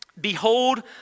Behold